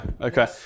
okay